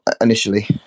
initially